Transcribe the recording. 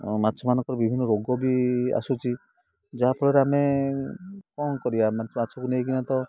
ମାଛମାନଙ୍କର ବିଭିନ୍ନ ରୋଗ ବି ଆସୁଛି ଯାହାଫଳରେ ଆମେ କ'ଣ କରିବା ମାଛକୁ ନେଇକିନା ତ